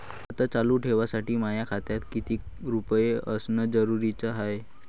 खातं चालू ठेवासाठी माया खात्यात कितीक रुपये असनं जरुरीच हाय?